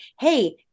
Hey